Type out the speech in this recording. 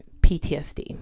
PTSD